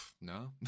no